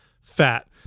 fat